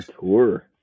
tour